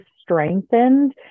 strengthened